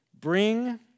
bring